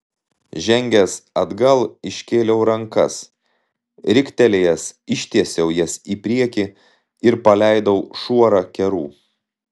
žengęs atgal iškėliau rankas riktelėjęs ištiesiau jas į priekį ir paleidau šuorą kerų